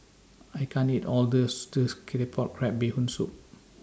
I can't eat All of This Claypot Crab Bee Hoon Soup